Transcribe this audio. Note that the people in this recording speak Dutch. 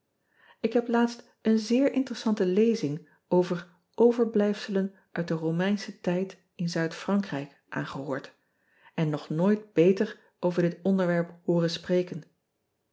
k heb laatst een zeer interessante lezing over verblijfselen uit den omeinschen tijd in rankrijk aangehoord en nog nooit beter over dit onderwerp hooren spreken